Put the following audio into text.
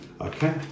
Okay